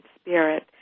spirit